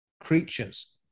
creatures